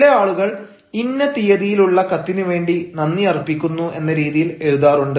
ചില ആളുകൾ ഇന്ന തീയതിയിലുള്ള കത്തിനു വേണ്ടി നന്ദി അർപ്പിക്കുന്നു എന്ന രീതിയിൽ എഴുതാറുണ്ട്